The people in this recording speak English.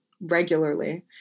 regularly